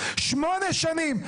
שמונה שנים,